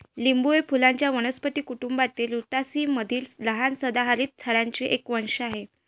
लिंबू हे फुलांच्या वनस्पती कुटुंबातील रुतासी मधील लहान सदाहरित झाडांचे एक वंश आहे